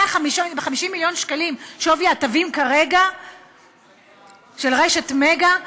150 מיליון שקלים, שווי התווים של רשת "מגה",